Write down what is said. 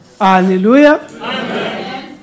Hallelujah